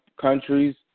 countries